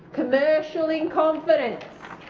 commercial-in-confidence.